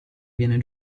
viene